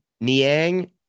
Niang